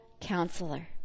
counselor